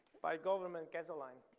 by government gasoline.